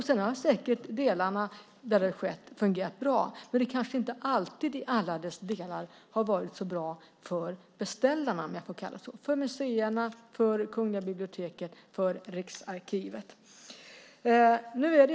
Sedan har det säkert funnits delar där det har fungerat bra, men det kanske inte alltid i alla delar har varit så bra för beställarna, om jag får kalla dem så, för museerna, för Kungliga biblioteket och för Riksarkivet.